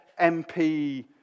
MP